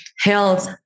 health